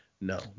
No